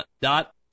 dot